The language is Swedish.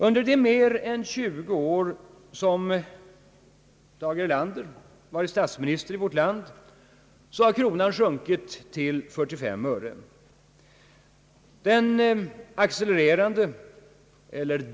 Under de mer än tjugo år som Tage Erlander varit statsminister i vårt land har kronans värde sjunkit till 45 öre.